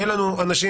יהיו לנו אנשים,